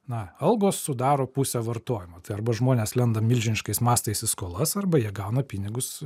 na algos sudaro pusę vartojimo arba žmonės lenda milžiniškais mastais į skolas arba jie gauna pinigus